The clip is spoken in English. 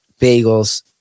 bagels